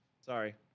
Sorry